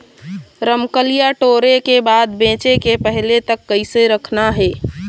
रमकलिया टोरे के बाद बेंचे के पहले तक कइसे रखना हे?